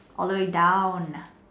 all the way down